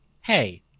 Hey